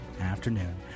afternoon